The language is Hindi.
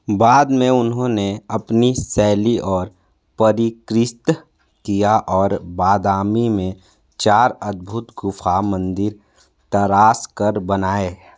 बाद में उन्होंने अपनी शैली को परिष्कृत किया और बादामी में चार अद्भुत गुफा मंदिर तराश कर बनाए